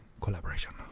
collaboration